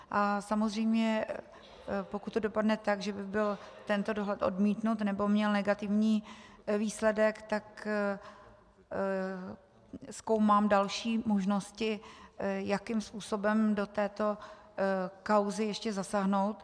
A samozřejmě pokud to dopadne tak, že by byl tento dohled odmítnut nebo měl negativní výsledek, tak zkoumám další možnosti, jakým způsobem do této kauzy ještě zasáhnout.